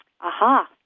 aha